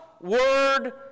word